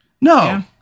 no